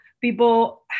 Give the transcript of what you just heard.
people